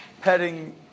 petting